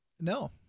No